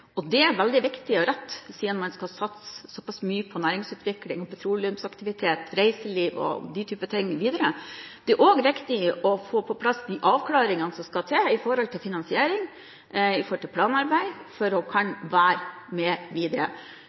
og det er veldig viktig og rett, siden man skal satse såpass mye på næringsutvikling, petroleumsaktivitet, reiseliv og den type ting videre. Det er også viktig å få på plass de avklaringene som skal til når det gjelder finansiering og planarbeid, for å kunne være med videre.